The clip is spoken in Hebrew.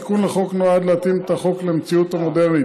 התיקון לחוק נועד להתאים את החוק למציאות המודרנית.